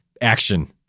action